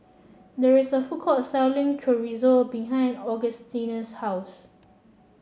there is a food court selling Chorizo behind Augustina's house